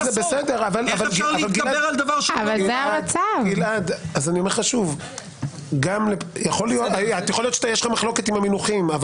אומר לך שוב שיכול להיות שיש לך מחלוקת עם המינוחים אבל